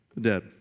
dead